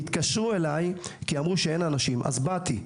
התקשרו אלי כי אמרו שאין אנשים, אז באתי.